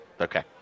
Okay